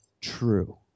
true